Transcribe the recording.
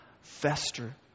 fester